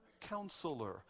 counselor